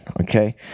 Okay